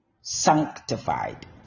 Sanctified